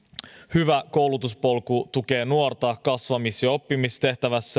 hyvä koulutuspolku tukee nuorta kasvamis ja ja oppimistehtävässä